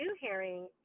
hearing